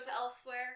elsewhere